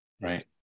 Right